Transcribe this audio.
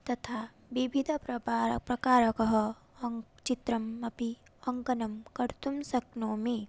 तथा विविध प्रबार प्रकारकः अहं चित्रम् अपि अङ्कनं कर्तुं शक्नोमि